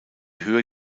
höher